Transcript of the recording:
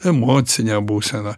emocinę būseną